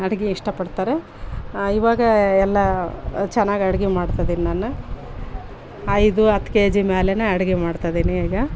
ಅಡಿಗೆ ಇಷ್ಟ ಪಡ್ತಾರೆ ಇವಾಗ ಎಲ್ಲ ಚೆನ್ನಾಗ್ ಅಡಿಗೆ ಮಾಡ್ತಿದೀನ್ ನಾನು ಐದು ಹತ್ತು ಕೆಜಿ ಮೇಲೇ ಅಡಿಗೆ ಮಾಡ್ತಿದೀನಿ ಈಗ